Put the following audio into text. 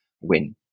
win